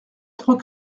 trois